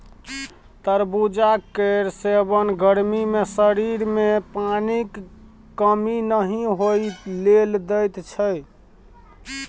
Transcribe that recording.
तरबुजा केर सेबन गर्मी मे शरीर मे पानिक कमी नहि होइ लेल दैत छै